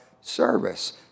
service